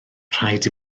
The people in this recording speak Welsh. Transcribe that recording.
rhaid